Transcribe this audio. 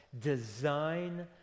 Design